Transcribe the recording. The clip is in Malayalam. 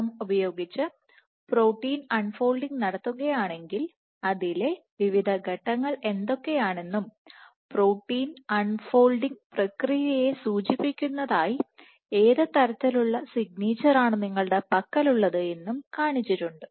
എം ഉപയോഗിച്ച് പ്രോട്ടീൻ അൺ ഫോൾഡിങ് നടത്തുകയാണെങ്കിൽ അതിലെ വിവിധ ഘട്ടങ്ങൾ എന്തൊക്കെയാണെന്നും പ്രോട്ടീൻ അൺ ഫോൾഡിങ് പ്രക്രിയയെ സൂചിപ്പിക്കുന്നതായ് ഏത് തരത്തിലുള്ള സിഗ്നേച്ചർ ആണ് നിങ്ങളുടെ പക്കലുള്ളത് എന്നും കാണിച്ചിട്ടുണ്ട്